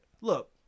look